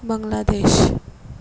Bangladesh